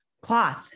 Cloth